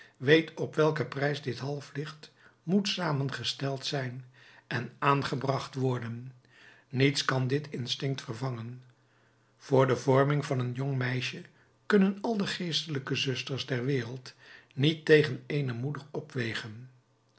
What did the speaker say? weet op welke wijs dit halflicht moet samengesteld zijn en aangebracht worden niets kan dit instinct vervangen voor de vorming van een jong meisje kunnen al de geestelijke zusters der wereld niet tegen ééne moeder opwegen